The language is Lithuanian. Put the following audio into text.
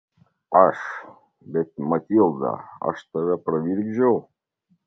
aš bet matilda aš tave pravirkdžiau